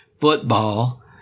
football